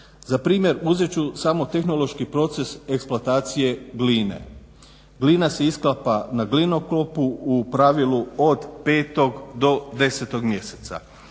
Za primjer uzet ću samo tehnološki proces eksploatacije gline. Glina se iskapa na glinokopu u pravilu od 5. do 10. mjeseca